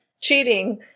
cheating